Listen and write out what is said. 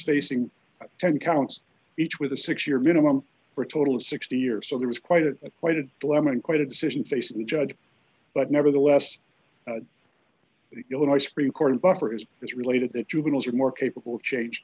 facing ten counts each with a six year minimum for a total of sixty years so there was quite a quite a dilemma and quite a decision facing the judge but nevertheless the illinois supreme court and buffer is this related that juveniles are more capable of change